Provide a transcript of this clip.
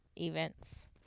events